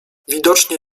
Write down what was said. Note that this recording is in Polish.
widocznie